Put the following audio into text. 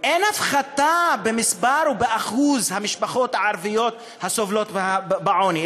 אין הפחתה במספר או בשיעור המשפחות הערביות הסובלות מעוני,